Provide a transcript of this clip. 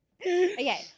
Okay